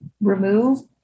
remove